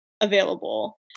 available